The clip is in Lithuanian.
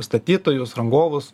statytojus rangovus